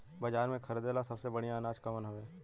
बाजार में खरदे ला सबसे बढ़ियां अनाज कवन हवे?